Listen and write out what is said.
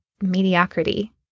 mediocrity